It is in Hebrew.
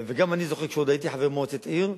גם אני זוכר, כשהייתי חבר מועצת עיר,